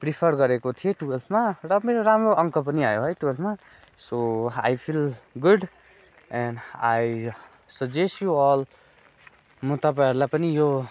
prefer गरेको थिएँ टुएल्भमा र मेरो राम्रो अङ्क पनि आयो है टुएल्भमा so I feel good and I suggest you all म तपाईँहरूलाई पनि यो